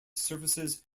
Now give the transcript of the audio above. services